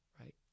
right